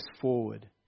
forward